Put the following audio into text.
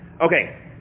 Okay